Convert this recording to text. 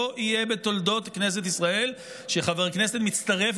לא יהיה בתולדות כנסת ישראל שחבר כנסת מצטרף